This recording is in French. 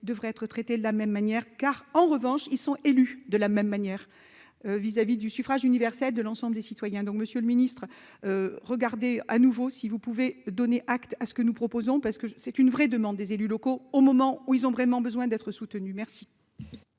devrait être traités de la même manière car, en revanche ils sont élus, de la même manière vis-à-vis du suffrage universel de l'ensemble des citoyens, donc Monsieur le Ministre, regarder à nouveau si vous pouvez donner acte à ce que nous proposons, parce que c'est une vraie demande des élus locaux au moment où ils ont vraiment besoin d'être soutenus, merci.